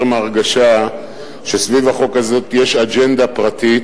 מההרגשה שסביב החוק הזה יש אג'נדה פרטית,